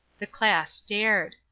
the class stared.